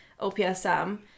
OPSM